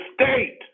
state